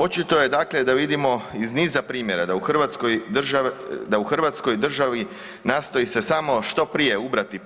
Očito je dakle, da vidimo iz niza primjera da u hrvatskoj državi nastoji se samo što prije ubrati